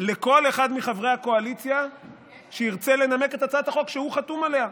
לכל אחד מחברי הקואליציה שירצה לנמק את הצעת החוק שהוא חתום עליה.